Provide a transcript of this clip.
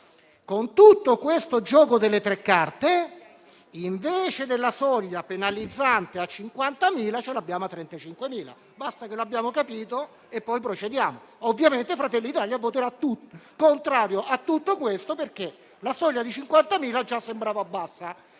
Con questo gioco delle tre carte, invece della soglia penalizzante a 50.000, ce l'abbiamo a 35.000. Basta capirlo e poi procediamo. Ovviamente, Fratelli d'Italia voterà contro tutto questo, perché la soglia di 50.000 già sembrava bassa.